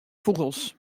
fûgels